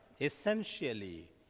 essentially